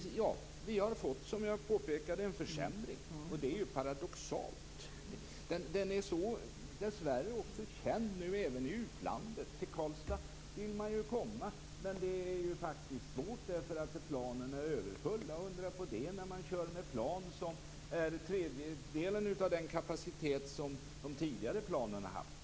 Som jag påpekade har det blivit en försämring, och det är ju paradoxalt. Karlstads flygplats är nu dessvärre känd också i utlandet. Det är svårt komma till Karlstad därför att planen är överfulla. Och undra på det när man använder plan som har en tredjedel av den kapacitet som de tidigare planen hade!